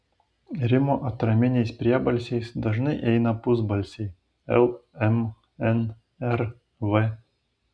rimo atraminiais priebalsiais dažnai eina pusbalsiai l m n r v